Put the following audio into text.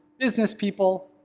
business people,